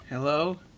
Hello